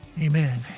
Amen